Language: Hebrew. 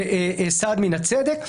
וסעד מן הצדק,